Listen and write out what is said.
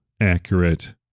accurate